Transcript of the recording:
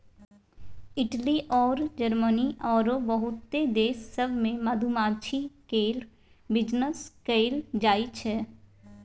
Italy अउर Germany आरो बहुते देश सब मे मधुमाछी केर बिजनेस कएल जाइ छै